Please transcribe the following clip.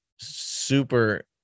super